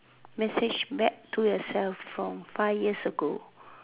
message back to yourself from five years ago